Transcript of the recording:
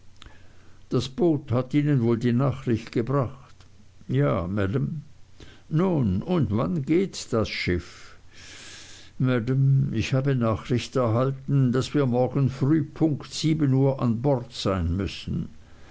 das boot hat ihnen wohl die nachricht gebracht ja maam nun und wann geht das schiff maam ich habe nachricht erhalten daß wir morgen früh punkt sieben uhr an bord sein müssen